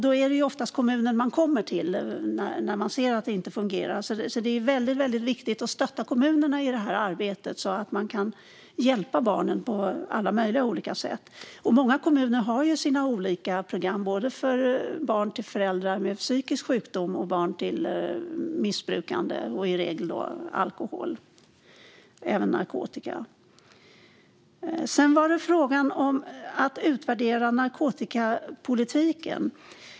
Det är oftast kommunen man kommer till när man ser att det inte fungerar. Därför är det väldigt viktigt att stötta kommunerna i detta arbete så att de kan hjälpa barnen på alla möjliga sätt. Många kommuner har olika program både för barn till föräldrar med psykisk sjukdom och för barn till föräldrar som missbrukar, i regel alkohol men även narkotika. Sedan var det frågan om att utvärdera narkotikapolitiken.